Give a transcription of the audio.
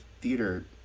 theater